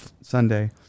Sunday